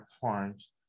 farms